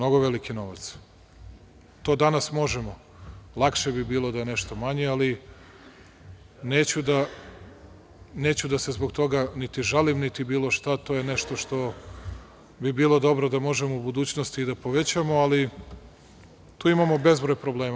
To danas možemo, lakše bi bilo da je nešto manji, ali neću da se zbog toga niti žalim, niti bilo šta, to je nešto što bi bilo dobro da možemo u budućnosti da povećamo, ali tu imamo bezbroj problema.